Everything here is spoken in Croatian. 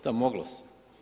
Da, moglo se.